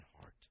heart